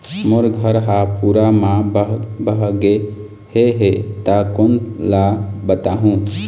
मोर घर हा पूरा मा बह बह गे हे हे ता कोन ला बताहुं?